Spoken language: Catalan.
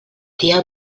dia